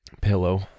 pillow